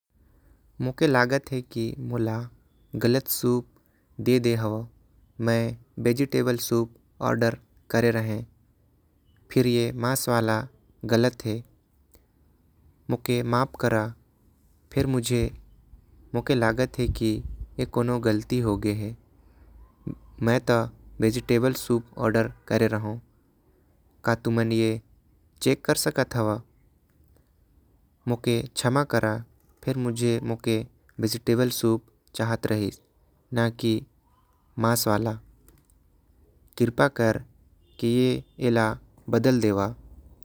मोके लगत हवे की मोला तुमन गलत सूप दे दे। हवा मै वेजेटेबल सूप ला मांगे रहेन फिर ऐ मांस वाला गलत। हवे मोके मांफ करा मोके लागत है की कोई गलती हो गइस है। मै तो वेजिटेबल सूप ओडर करे रहो ऐ कहा ले आ गईंस। तुमन चैक कर सकत हो मोके क्षमा करा। तुमन मोके वेजिटेबल सूप का के दे सकत हवा।